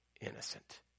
innocent